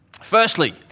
Firstly